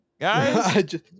guys